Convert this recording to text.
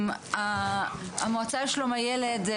המועצה לשלום הילד,